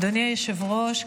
אדוני היושב-ראש,